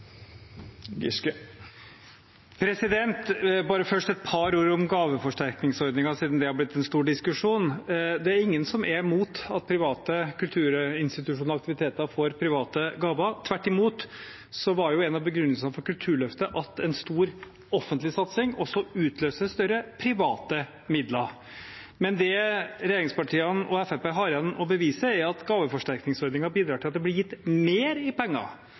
Først bare et par ord om gaveforsterkningsordningen, siden det har blitt en stor diskusjon. Det er ingen som er imot at private kulturinstitusjoner og aktiviteter får private gaver. Tvert imot var en av begrunnelsene for Kulturløftet at en stor offentlig satsing også utløser større private midler. Men det regjeringspartiene og Fremskrittspartiet har igjen å bevise, er at gaveforsterkningsordningen bidrar til at det blir gitt mer i penger,